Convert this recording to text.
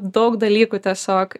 daug dalykų tiesiog